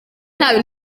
nta